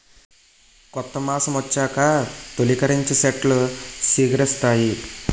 కొత్త మాసమొచ్చాక తొలికరించి సెట్లు సిగిరిస్తాయి